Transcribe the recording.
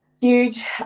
Huge